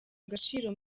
agaciro